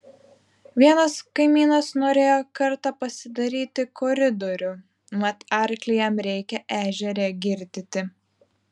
vienas kaimynas norėjo kartą pasidaryti koridorių mat arklį jam reikia ežere girdyti